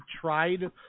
tried